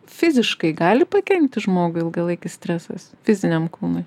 fiziškai gali pakenkti žmogui ilgalaikis stresas fiziniam kūnui